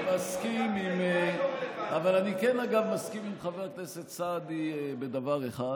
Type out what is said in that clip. מסכים עם חבר הכנסת סעדי בדבר אחד.